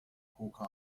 coca